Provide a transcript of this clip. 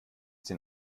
den